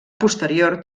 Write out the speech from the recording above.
posterior